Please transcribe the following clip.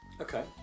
Okay